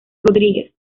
rodríguez